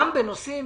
גם בנושאים